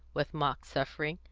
with mock suffering.